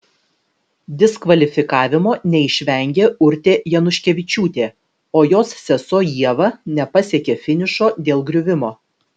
diskvalifikavimo neišvengė urtė januškevičiūtė o jos sesuo ieva nepasiekė finišo dėl griuvimo